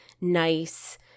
nice